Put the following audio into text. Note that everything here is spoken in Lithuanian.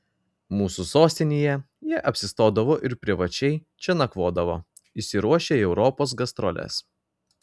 mūsų sostinėje jie apsistodavo ir privačiai čia nakvodavo išsiruošę į europos gastroles